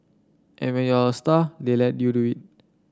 and when you're a star they let you do it